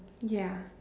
ya